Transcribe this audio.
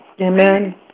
Amen